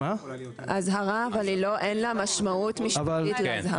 האזהרה אבל אין לה משמעות משפטית לאזהרה.